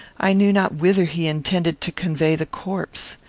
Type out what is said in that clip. i knew not whither he intended to convey the corpse.